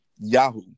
Yahoo